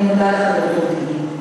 אני מודה לך, ד"ר טיבי.